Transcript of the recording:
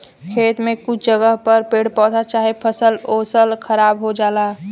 खेत में कुछ जगह पर पेड़ पौधा चाहे फसल ओसल खराब हो जाला